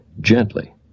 gently